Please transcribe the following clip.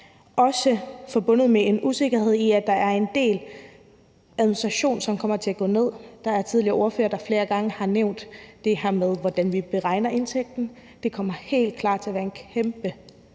også er forbundet med en usikkerhed, der handler om, at der er en del administration, som kommer til at blive bragt ned. Der er ordførere, der flere gange tidligere har nævnt det her med, hvordan vi beregner indtægten, og det kommer helt klart til at være en kæmpe,